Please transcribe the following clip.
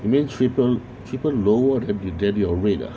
you mean cheaper cheaper lower than your rate ah